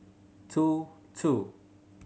two two